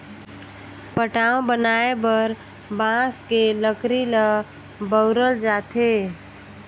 पटाव बनाये बर बांस के लकरी ल बउरल जाथे